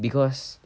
because